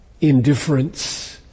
indifference